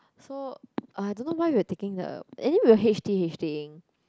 so uh I don't know why we were taking the anyway we're H_t_h_t ing